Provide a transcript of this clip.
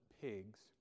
pigs